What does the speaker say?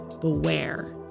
beware